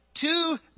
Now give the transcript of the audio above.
two